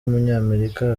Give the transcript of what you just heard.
w’umunyamerika